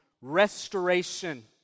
restoration